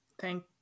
Thank